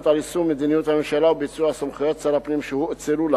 ליישום מדיניות הממשלה וביצוע סמכויות שר הפנים שהואצלו לה